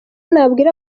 nabwira